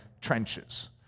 trenches